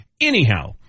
Anyhow